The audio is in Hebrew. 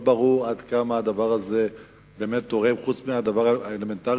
לא ברור עד כמה הדבר הזה באמת תורם חוץ מהדבר האלמנטרי